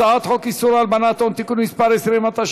הצעת חוק איסור הלבנת הון (תיקון מס' 20),